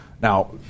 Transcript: Now